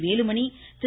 Velumani Thiru